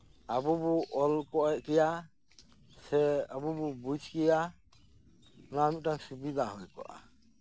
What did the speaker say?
ᱟᱵᱚᱵᱚᱱ ᱚᱞᱠᱮᱭᱟ ᱥᱮ ᱟᱵᱚᱵᱚᱱ ᱵᱩᱡᱠᱮᱭᱟ ᱱᱚᱣᱟ ᱢᱤᱫᱴᱟᱝ ᱥᱩᱵᱤᱫᱷᱟ ᱦᱩᱭᱠᱚᱜᱼᱟ